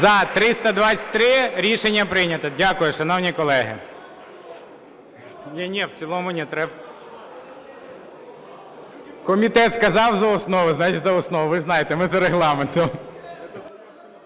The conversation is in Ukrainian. За-323 Рішення прийнято. Дякую, шановні колеги.